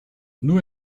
nur